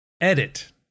edit